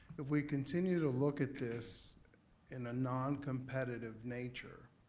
if we continue to look at this in a non-competitive nature